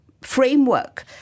Framework